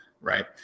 right